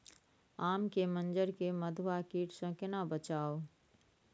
आम के मंजर के मधुआ कीट स केना बचाऊ?